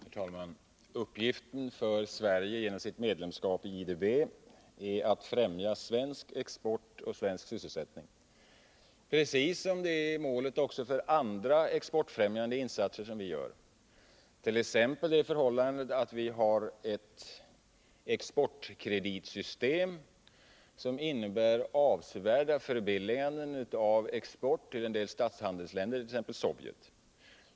Herr talman! Uppgiften för Sverige genom medlemskapet i IDB är att främja svensk export och svensk sysselsättning, precis som detta är målet också för andra exportfrämjande insatser som vi gör, t.ex. det förhållandet att vi har ett exportkreditsystem som innebär avsevärt förbilligad export till en del statshandelsländer, t.ex. Sovjet.